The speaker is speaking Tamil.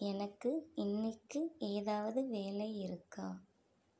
எனக்கு இன்னிக்கு ஏதாவது வேலை இருக்கா